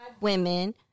women